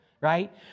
right